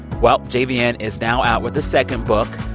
well, jvn yeah and is now out with a second book,